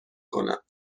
کنم